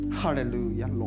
hallelujah